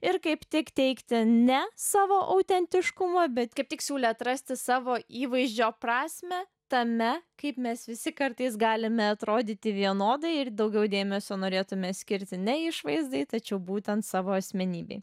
ir kaip tik teikti ne savo autentiškumą bet kaip tik siūlė atrasti savo įvaizdžio prasmę tame kaip mes visi kartais galime atrodyti vienodai ir daugiau dėmesio norėtumėme skirti ne išvaizdai tačiau būtent savo asmenybei